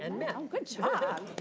and met. good job.